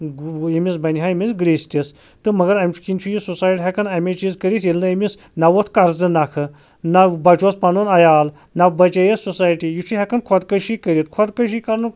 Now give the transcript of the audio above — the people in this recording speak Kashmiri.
ییٚمِس بَنہِ ہا أمِس گرٛیٖستِس تہٕ مگر اَمہِ کِنۍ چھُ یہِ سُسایِڈ ہٮ۪کان اَمے چیٖز کٔرِتھ ییٚلہِ نہٕ أمِس نَہ ووٚتھ قرضہٕ نَکھٕ نَہ بَچوس پَنُن عَیال نَہ بَچییَس سوسایٹی یہِ چھُ ہٮ۪کان خودکٔشی کٔرِتھ خودکٔشی کَرنُک